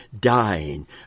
dying